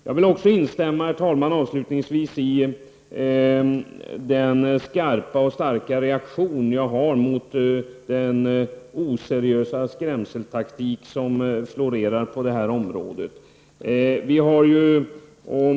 Jag vill också avslutningsvis, herr talman, instämma i den skarpa och starka reaktionen mot den oseriösa skrämseltaktik som florerar på det här området.